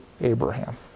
Abraham